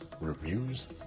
reviews